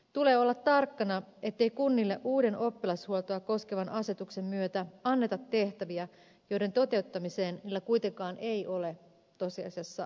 tulee olla tarkkana ettei kunnille uuden oppilashuoltoa koskevan asetuksen myötä anneta tehtäviä joiden toteuttamiseen niillä kuitenkaan ei ole tosiasiassa varaa